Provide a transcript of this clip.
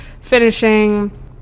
finishing